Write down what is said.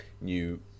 new